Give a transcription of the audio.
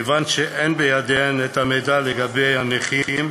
כיוון שאין בידיהן מידע על הנכים האלה,